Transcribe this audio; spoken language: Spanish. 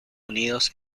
unidos